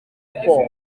izi